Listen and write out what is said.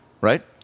right